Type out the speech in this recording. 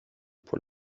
pour